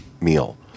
meal